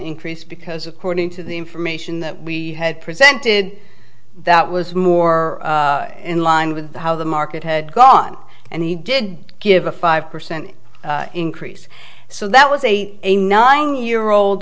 increase because according to the information that we had presented that was more in line with how the market had gone and he did give a five percent increase so that was a a nine year old